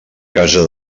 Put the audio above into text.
casa